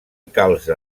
calze